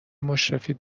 مشرفید